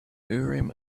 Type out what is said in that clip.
urim